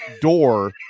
door